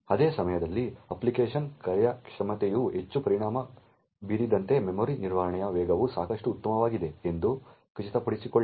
ಅದೇ ಸಮಯದಲ್ಲಿ ಅಪ್ಲಿಕೇಶನ್ನ ಕಾರ್ಯಕ್ಷಮತೆಯು ಹೆಚ್ಚು ಪರಿಣಾಮ ಬೀರದಂತೆ ಮೆಮೊರಿ ನಿರ್ವಹಣೆಯ ವೇಗವು ಸಾಕಷ್ಟು ಉತ್ತಮವಾಗಿದೆ ಎಂದು ಖಚಿತಪಡಿಸಿಕೊಳ್ಳಿ